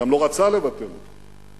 הוא גם לא רצה לבטל אותו,